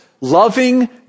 loving